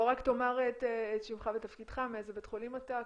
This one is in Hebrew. רק תאמר את שמך ותפקידך ומאיזה בית חולים אתה,